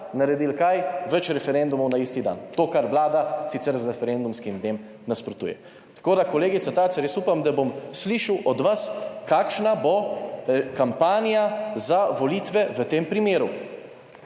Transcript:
naredili - kaj - več referendumov na isti dan, to kar Vlada sicer z referendumskim dnem nasprotuje. Tako, da kolegica Tacer jaz upam, da bom slišal od vas kakšna bo kampanja za volitve v tem primeru,